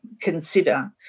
consider